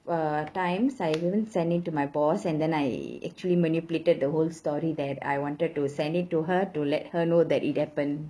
uh times I even send it to my boss and then I actually manipulated the whole story that I wanted to send it to her to let her know that it happened